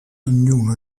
ognuno